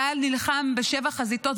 צה"ל נלחם בשבע חזיתות,